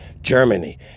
Germany